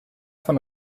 von